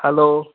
hello